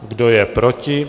Kdo je proti?